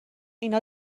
اینا